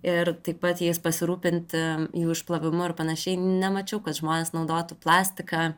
ir taip pat jais pasirūpinti jų išplovimu ar panašiai nemačiau kad žmonės naudotų plastiką